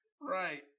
right